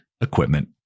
equipment